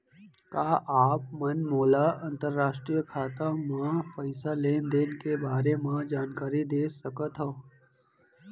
का आप मन मोला अंतरराष्ट्रीय खाता म पइसा लेन देन के बारे म जानकारी दे सकथव?